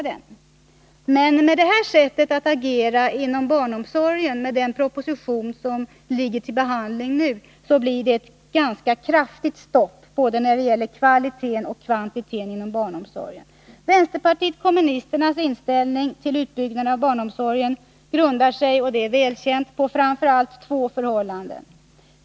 Att agera på det sätt som anges i den proposition som nu är under behandling innebär ett stopp för såväl en kvantitativ som kvalitativ förbättring inom barnomsorgen. Vpk:s inställning till utbyggnaden av barnomsorgen grundar sig — och det är väl känt — framför allt på två förhållanden.